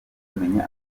kumenya